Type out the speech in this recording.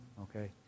okay